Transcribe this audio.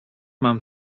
mam